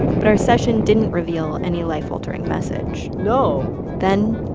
but our session didn't reveal any life-altering message no then,